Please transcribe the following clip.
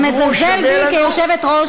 אתה מזלזל בי כיושבת-ראש,